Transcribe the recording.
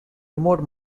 remote